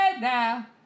now